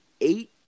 eight